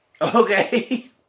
Okay